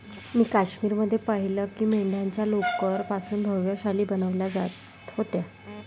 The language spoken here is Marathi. मी काश्मीर मध्ये पाहिलं की मेंढ्यांच्या लोकर पासून भव्य शाली बनवल्या जात होत्या